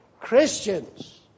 Christians